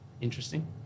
Interesting